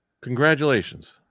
Congratulations